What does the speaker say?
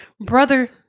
brother